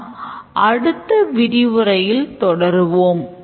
நாம் அடுத்த விரிவுரையில் தொடர்வோம்